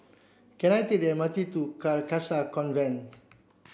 can I take the M R T to Carcasa Convent